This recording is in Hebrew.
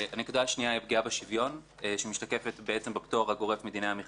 הנקודה השנייה היא פגיעה בשוויון שמשתקפת בפטור הגורף מדיני המכרזים,